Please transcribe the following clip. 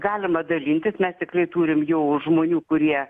galima dalintis mes tikrai turim jau žmonių kurie